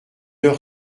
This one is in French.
heure